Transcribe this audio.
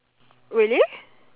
really